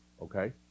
okay